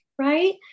right